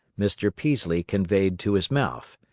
mr. peaslee conveyed to his mouth.